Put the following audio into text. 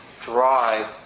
drive